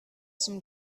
some